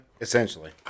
essentially